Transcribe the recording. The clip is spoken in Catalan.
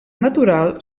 natural